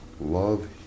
Love